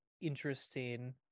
interesting